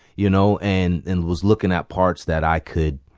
you know, and and was looking at parts that i could